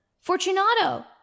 Fortunato